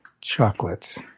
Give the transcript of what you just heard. chocolates